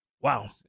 Wow